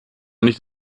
nicht